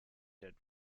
dead